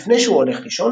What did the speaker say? לפני שהוא הולך לישון,